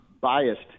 biased